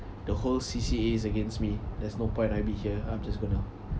the whole C_C_A is against me there's no point I be here I'm just gonnna